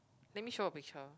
let me show a picture